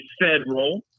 federal